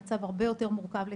אז המצב הרבה יותר מורכב לטיפול.